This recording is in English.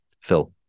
Phil